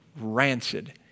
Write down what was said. rancid